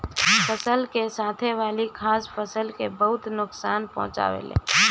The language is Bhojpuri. फसल के साथे वाली घास फसल के बहुत नोकसान पहुंचावे ले